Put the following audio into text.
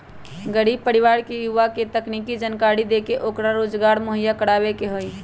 गरीब परिवार के युवा के तकनीकी जानकरी देके ओकरा रोजगार मुहैया करवावे के हई